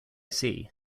sea